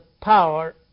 power